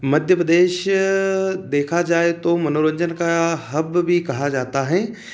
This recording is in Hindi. मध्य प्रदेश देखा जाए तो मनोरंजन का हब ब भी कहा जाता है